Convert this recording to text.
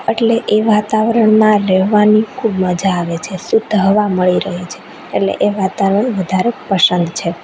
એટલે એ વાતાવરણમાં રહેવાની ખૂબ મજા આવે છે શુદ્ધ હવા મળી રહે છે એટલે એ વાતાવરણ વધારે પસંદ છે